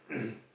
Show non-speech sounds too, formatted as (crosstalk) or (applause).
(coughs)